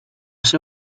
ser